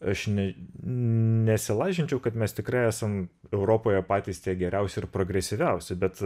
aš ne nesilažinčiau kad mes tikrai esam europoje patys tie geriausi ir progresyviausi bet